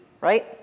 right